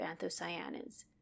anthocyanins